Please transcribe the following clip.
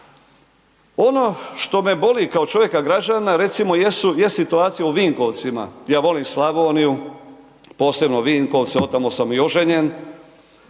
Ono što me boli kao čovjeka, građanina recimo, je situacija u Vinkovcima. Ja volim Slavoniju, posebno Vinkovce, od tamo sam i oženjen.